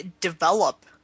develop